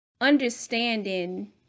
understanding